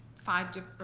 five diff,